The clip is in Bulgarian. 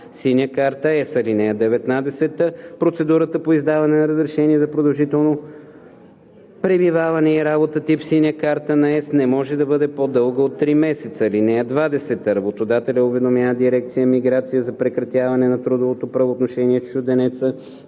„Синя карта на ЕС“. (19) Процедурата по издаване на разрешение за продължително пребиваване и работа тип „Синя карта на ЕС“ не може да бъде по-дълга от три месеца. (20) Работодателят уведомява дирекция „Миграция“ за прекратяване на трудовото правоотношение с чужденеца